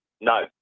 No